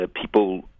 people